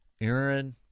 Aaron